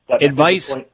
Advice